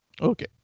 Okay